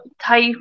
type